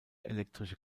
elektrische